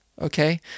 okay